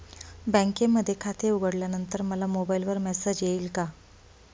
बँकेमध्ये खाते उघडल्यानंतर मला मोबाईलवर मेसेज येईल का?